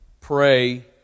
pray